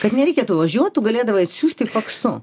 kad nereikėtų važiuot tu galėdavai atsiųsti faksu